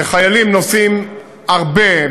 וחיילים נוסעים הרבה,